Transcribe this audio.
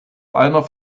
einer